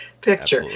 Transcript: picture